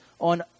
on